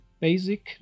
Basic